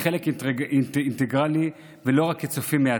כחלק אינטגרלי ולא רק כצופים מהצד.